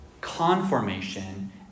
conformation